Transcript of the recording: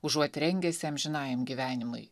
užuot rengęsi amžinajam gyvenimui